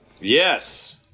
Yes